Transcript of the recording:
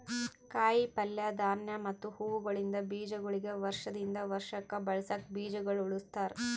ಕಾಯಿ ಪಲ್ಯ, ಧಾನ್ಯ ಮತ್ತ ಹೂವುಗೊಳಿಂದ್ ಬೀಜಗೊಳಿಗ್ ವರ್ಷ ದಿಂದ್ ವರ್ಷಕ್ ಬಳಸುಕ್ ಬೀಜಗೊಳ್ ಉಳುಸ್ತಾರ್